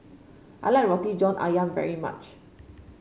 I like Roti John ayam very much